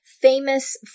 famous